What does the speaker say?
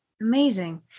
Amazing